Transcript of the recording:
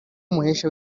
umuhesha